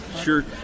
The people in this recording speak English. sure